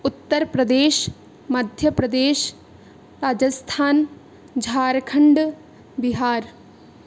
उत्तरप्रदेशः मध्यप्रदेशः राजस्थानं झारखण्डः बिहारः